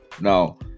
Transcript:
Now